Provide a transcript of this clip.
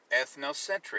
ethnocentric